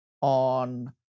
on